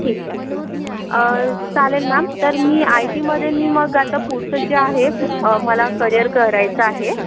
ठीक आहे चालेल मॅम तर मी आय टीमध्ये मी मग आता पुढचं जे आहे मला करिअर करायचं आहे